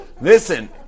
listen